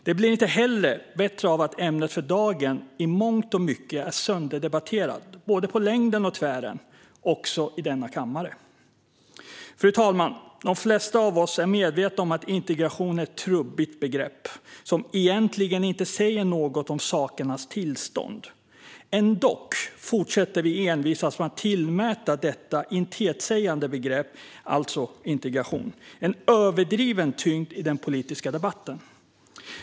Det blir inte heller bättre av att ämnet för dagen i mångt och mycket är sönderdebatterat på både längden och tvären, också i denna kammare. Fru talman! De flesta av oss är medvetna om att "integration" är ett trubbigt begrepp som egentligen inte säger något om sakernas tillstånd. Ändock fortsätter vi envisas med att tillmäta detta intetsägande begrepp, alltså "integration", en överdriven tyngd i den politiska debatten.